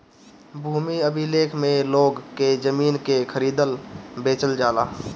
भूमि अभिलेख में लोग के जमीन के खरीदल बेचल जाला